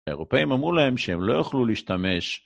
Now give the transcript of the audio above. האירופאים אמרו להם שהם לא יוכלו להשתמש.